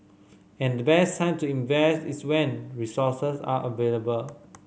and the best time to invest is when resources are available